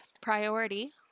priority